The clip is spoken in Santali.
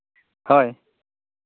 ᱦᱳᱭ